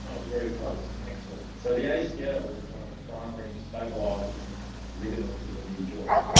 was very close and excellent. so the acl is one of the primary stabilising ligaments of the knee joint,